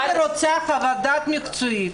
אני רוצה חוות-דעת מקצועית.